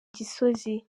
gisozi